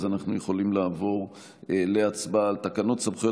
אז אנחנו יכולים לעבור להצבעה על תקנות סמכויות